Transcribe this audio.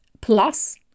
plus